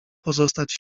pozostać